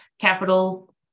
capital